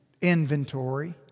inventory